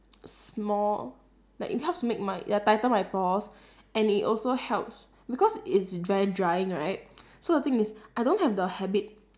small like it helps to make ya tighten my pores and it also helps because it's very drying right so the thing is I don't have the habit